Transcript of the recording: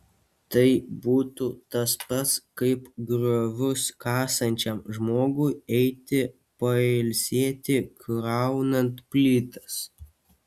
tai būtų tas pats kaip griovius kasančiam žmogui eiti pailsėti kraunant plytas